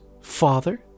Father